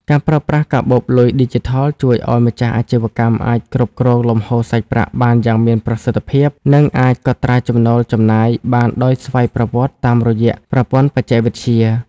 ការប្រើប្រាស់កាបូបលុយឌីជីថលជួយឱ្យម្ចាស់អាជីវកម្មអាចគ្រប់គ្រងលំហូរសាច់ប្រាក់បានយ៉ាងមានប្រសិទ្ធភាព និងអាចកត់ត្រាចំណូលចំណាយបានដោយស្វ័យប្រវត្តិតាមរយៈប្រព័ន្ធបច្ចេកវិទ្យា។